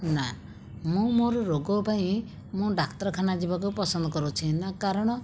ନା ମୁଁ ମୋର ରୋଗ ପାଇଁ ମୁଁ ଡାକ୍ତରଖାନା ଯିବାକୁ ପସନ୍ଦ କରୁଛି ନା କାରଣ